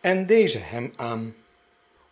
en deze hem aan